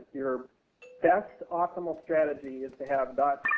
your best optimal strategy is to have